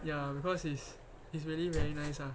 ya because it's it's really very nice lah